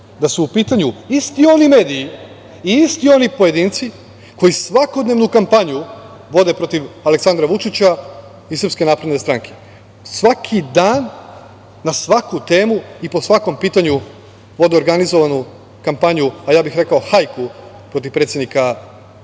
da su u pitanju isti oni mediji i isti oni pojedinci koji svakodnevnu kampanju vode protiv Aleksandra Vučića i SNS. Svaki dan, na svaku temu i po svakom pitanju, vode organizovanu kampanju, a ja bih rekao i to „hajku“ protiv predsednika države.